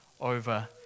over